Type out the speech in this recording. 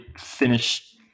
finish